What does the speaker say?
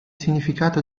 significato